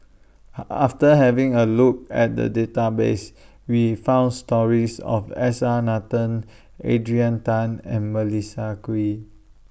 after taking A Look At The Database We found stories of S R Nathan Adrian Tan and Melissa Kwee